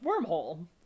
wormhole